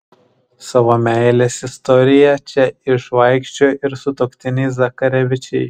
savo meilės istoriją čia išvaikščiojo ir sutuoktiniai zakarevičiai